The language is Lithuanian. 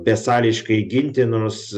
besąliškai ginti nors